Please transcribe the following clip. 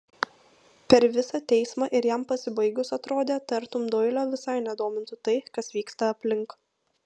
per visą teismą ir jam pasibaigus atrodė tartum doilio visai nedomintų tai kas vyksta aplink